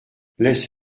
laisse